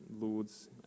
Lord's